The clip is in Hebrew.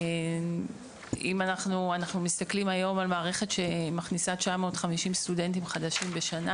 אנחנו מסתכלים היום על מערכת שמכניסה 950 סטודנטים חדשים בשנה.